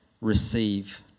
receive